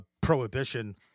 prohibition